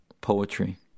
poetry